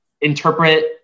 interpret